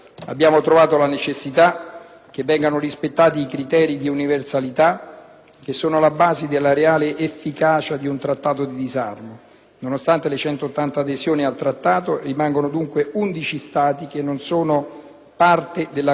Nonostante le 180 adesioni al Trattato, rimangono undici Stati che non sono parte della Convenzione, di cui quattro firmatari che non hanno ancora ratificato (Bahamas, Repubblica Dominicana, Israele e Myanmar)